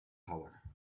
power